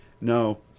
No